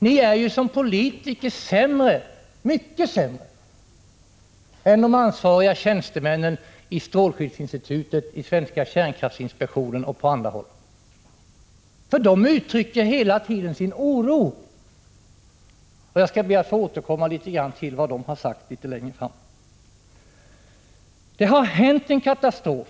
Ni är ju som politiker mycket sämre än de ansvariga tjänstemännen på strålskyddsinstitutet, på svenska kärnkraftsinspektionen, osv. De uttrycker hela tiden sin oro. Jag skall litet längre fram be att få återkomma något till vad de har sagt. Det har skett en katastrof.